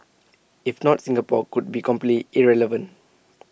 if not Singapore could be completely irrelevant